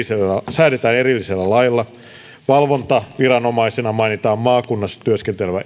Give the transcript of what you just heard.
säädetään erillisellä lailla valvontaviranomaisena mainitaan maakunnassa työskentelevä